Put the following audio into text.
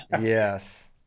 Yes